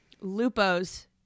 Lupo's